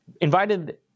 invited